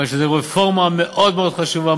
כיוון שזאת רפורמה מאוד מאוד חשובה,